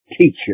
Teacher